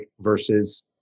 versus